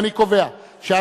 קריאה טרומית, בבקשה.